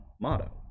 motto